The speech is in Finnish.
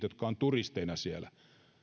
jotka ovat turisteina siellä